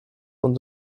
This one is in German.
und